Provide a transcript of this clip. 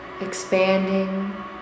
expanding